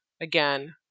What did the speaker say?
again